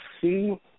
see